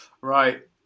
Right